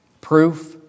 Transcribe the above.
Proof